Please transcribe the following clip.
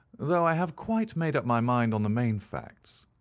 though i have quite made up my mind on the main facts.